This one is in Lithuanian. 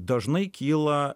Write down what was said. dažnai kyla